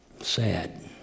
Sad